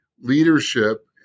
leadership